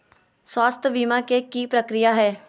स्वास्थ बीमा के की प्रक्रिया है?